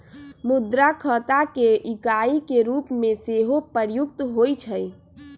मुद्रा खता के इकाई के रूप में सेहो प्रयुक्त होइ छइ